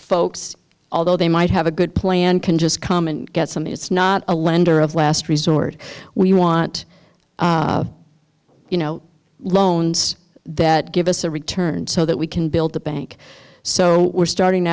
folks although they might have a good plan can just come and get some it's not a lender of last resort we want you know loans that give us a return so that we can build the bank so we're starting